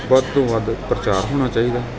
ਵੱਧ ਤੋਂ ਵੱਧ ਪ੍ਰਚਾਰ ਹੋਣਾ ਚਾਹੀਦਾ